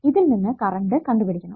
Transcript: ഇതിൽ നിന്ന് കറണ്ട് കണ്ടുപിടിക്കണം